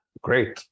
great